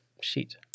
sheet